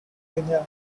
guinea